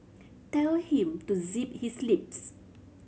tell him to zip his lips